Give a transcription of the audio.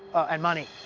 and money.